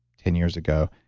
ten years ago.